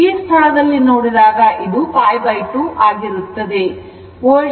ಈ ಸ್ಥಳದಲ್ಲಿ ನೋಡಿದಾಗ ಇದು π2 ಆಗಿರುತ್ತದೆ